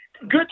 good